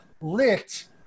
lit